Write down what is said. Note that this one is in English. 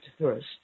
first